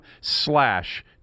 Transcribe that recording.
slash